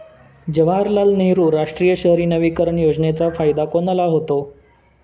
जवाहरलाल नेहरू राष्ट्रीय शहरी नवीकरण योजनेचा फायदा कोणाला होतो?